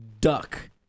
duck